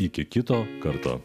iki kito karto